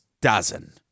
dozen